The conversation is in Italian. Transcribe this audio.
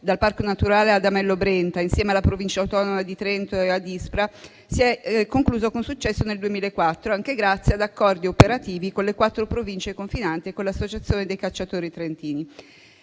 dal parco naturale Adamello Brenta, insieme alla Provincia autonoma di Trento e ad ISPRA, si è concluso con successo nel 2004, anche grazie ad accordi operativi con le quattro province confinanti e con l'Associazione dei cacciatori trentini.